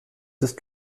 ist